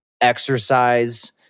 Exercise